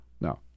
No